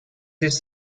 this